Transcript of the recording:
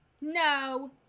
No